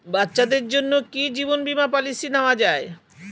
বাচ্চাদের জন্য কি জীবন বীমা পলিসি নেওয়া যায়?